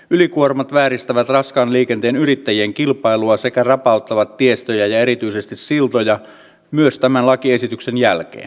ylikuormat vääristävät raskaan liikenteen yrittäjien kilpailua sekä rapauttavat tiestöä ja erityisesti siltoja myös tämän lakiesityksen jälkeen